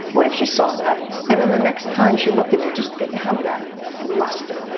what if she saw that and then the next time she looked at me just didn't have that luster.